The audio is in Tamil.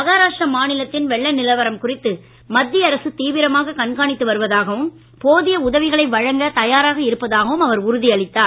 மகாராஷ்டிரா மாநிலத்தின் வெள்ள நிலவரம் குறித்து மத்திய அரசு தீவிரமாக கண்காணித்து வருவதாகவும் போதிய உதவிகளை வழங்கத் தயாராக இருப்பதாகவும் அவர் உறுதியளித்தார்